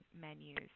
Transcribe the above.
menus